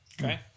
Okay